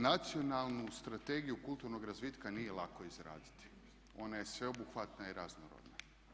Nacionalnu strategiju kulturnog razvitka nije lako izraditi, ona je sveobuhvatna i raznorodna.